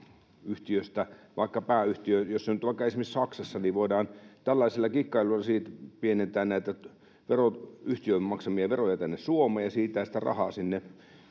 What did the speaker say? jos pääyhtiö on nyt vaikka esimerkiksi Saksassa, niin voidaan tällaisella kikkailulla pienentää näitä yhtiön maksamia veroja tänne Suomeen ja siirtää sitä rahaa sinne